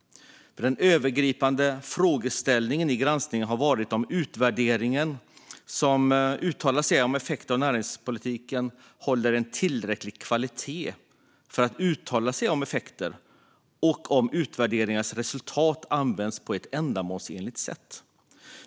Den övergripande frågeställningen i granskningen har varit om de utvärderingar som uttalar sig om effekter av näringspolitiken håller en tillräcklig kvalitet för att just uttala sig om effekter och om utvärderingarnas resultat används på ett ändamålsenligt sätt.